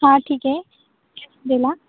हा ठीक आहे दिला